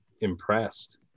impressed